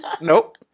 nope